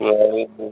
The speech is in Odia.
ନହେଲେ ତୁ